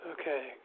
Okay